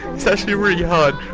it's actually really hard